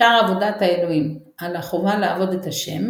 שער עבודת האלוהים על החובה לעבוד את ה',